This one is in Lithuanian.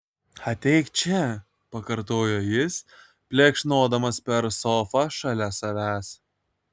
ateik čia pakartojo jis plekšnodamas per sofą šalia savęs